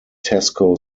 tesco